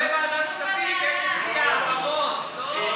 לא, לא,